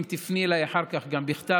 אם תפני אליי אחר כך גם בכתב,